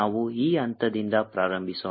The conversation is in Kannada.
ನಾವು ಈ ಹಂತದಿಂದ ಪ್ರಾರಂಭಿಸೋಣ